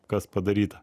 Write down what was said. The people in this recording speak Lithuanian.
kas padaryta